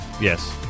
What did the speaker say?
Yes